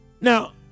now